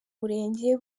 murenge